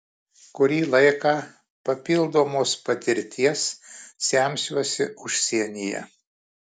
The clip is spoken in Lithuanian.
kurį laiką papildomos patirties semsiuosi užsienyje